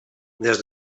des